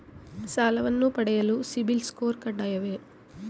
ಸಾಲವನ್ನು ಪಡೆಯಲು CIBIL score ಕಡ್ಡಾಯವೇ?